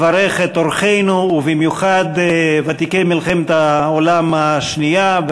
מברך את אורחינו ובמיוחד ותיקי מלחמת העולם השנייה,